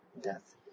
death